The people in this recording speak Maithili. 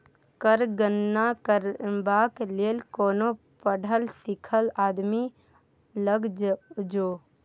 कर गणना करबाक लेल कोनो पढ़ल लिखल आदमी लग जो